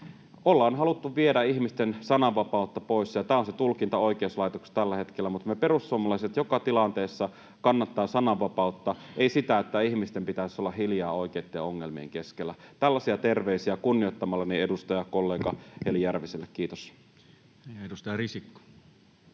ollaan haluttu viedä ihmisten sananvapautta pois, ja tämä on se tulkinta oikeuslaitoksessa tällä hetkellä. Mutta me perussuomalaiset joka tilanteessa kannatamme sananvapautta, emme sitä, että ihmisten pitäisi olla hiljaa oikeitten ongelmien keskellä. Tällaisia terveisiä kunnioittamalleni edustajakollegalle Heli Järviselle. — Kiitos. [Speech 133]